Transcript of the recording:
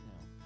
now